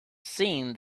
seen